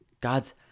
God's